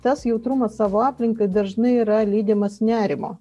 tas jautrumas savo aplinkai dažnai yra lydimas nerimo